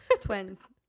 Twins